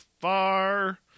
far